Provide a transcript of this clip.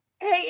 Hey